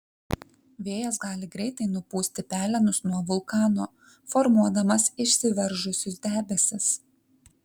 vėjas gali greitai nupūsti pelenus nuo vulkano formuodamas išsiveržusius debesis